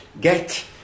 get